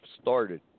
started